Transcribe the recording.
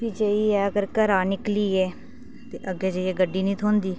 फ्ही जाइयै अगर घरा निकली गे ते अग्गै जाइयै गड्डी नेईं थ्होंदी